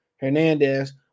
Hernandez